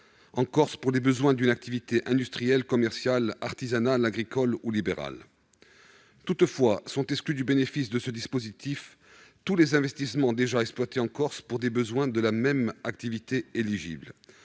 en Corse, pour les besoins d'une activité industrielle, commerciale, artisanale, agricole ou libérale. Toutefois, sont exclus du bénéfice de ce dispositif tous les investissements déjà exploités en Corse pour des besoins de la même activité éligible.